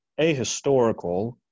ahistorical